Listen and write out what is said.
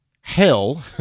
hell